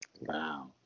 Wow